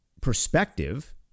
perspective